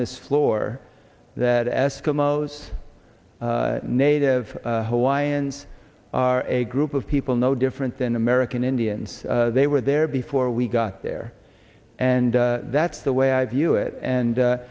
this floor that eskimos native hawaiians are a group of people no different than american indians they were there before we got there and that's the way i view it and